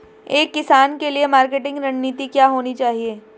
एक किसान के लिए मार्केटिंग रणनीति क्या होनी चाहिए?